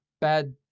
bad